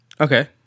Okay